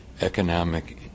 economic